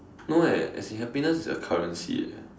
no eh as in happiness is a currency eh